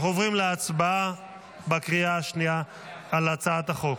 אנחנו עוברים להצבעה בקריאה השנייה על הצעת החוק.